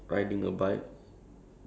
walking like